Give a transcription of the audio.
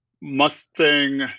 Mustang